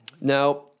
Now